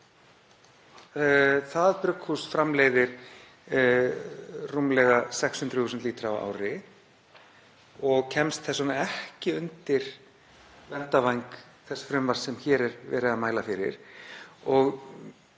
Það brugghús framleiðir rúmlega 600.000 lítra á ári og kemst þess vegna ekki undir verndarvæng þess frumvarps sem hér er verið að mæla fyrir.